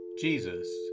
Jesus